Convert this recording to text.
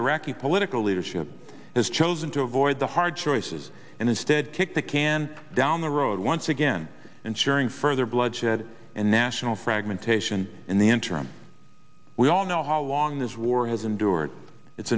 iraqi political leadership has chosen to avoid the hard choices and instead kick the can and down the road once again ensuring further bloodshed and national fragmentation in the interim we all know how long this war has endured it's